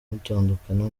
mutandukana